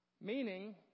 Meaning